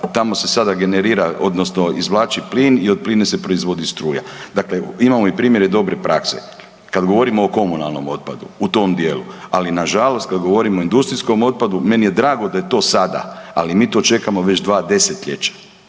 tamo se sada generira odnosno izvlači plin i od plina se proizvodi struja. Dakle, imamo i primjere dobre prakse kad govorimo o komunalnom otpadu u tom dijelu, ali nažalost kad govorimo o industrijskom otpadu, meni je drago da je to sada, ali mi to čekamo već dva desetljeća,